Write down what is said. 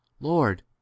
Lord